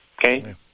Okay